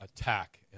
attack